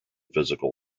physical